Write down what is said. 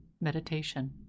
meditation